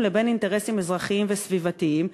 לבין אינטרסים אזרחיים וסביבתיים.